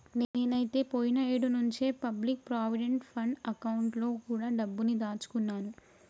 నేనైతే పోయిన ఏడు నుంచే పబ్లిక్ ప్రావిడెంట్ ఫండ్ అకౌంట్ లో కూడా డబ్బుని దాచుకున్నాను